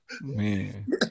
man